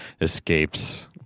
escapes